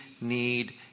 need